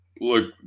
look